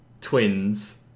twins